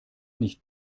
nicht